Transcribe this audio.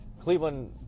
Cleveland